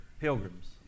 pilgrims